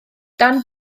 dan